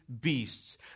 beasts